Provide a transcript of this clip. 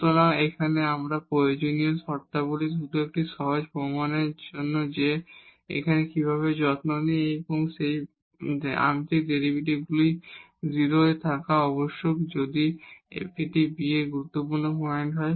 সুতরাং এখানে আবার প্রয়োজনীয় শর্তাবলী শুধু একটি সহজ প্রমাণের জন্য যে আমরা কিভাবে যত্ন নিই যে এই আংশিক ডেরিভেটিভগুলি 0 এ থাকা আবশ্যক যদি একটি b একটি গুরুত্বপূর্ণ পয়েন্ট হয়